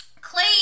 Clay